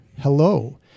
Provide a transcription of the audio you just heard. hello